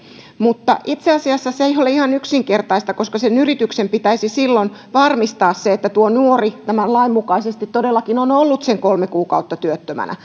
mutta itse asiassa se ei ole ihan yksinkertaista koska sen yrityksen pitäisi silloin varmistaa se että tuo nuori tämän lain mukaisesti todellakin on ollut sen kolme kuukautta työttömänä